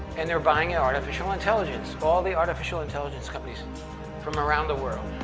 and they're buying our artificial intelligence, all the artificial intelligence companies from around the world.